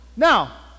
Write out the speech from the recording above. Now